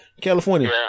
California